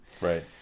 Right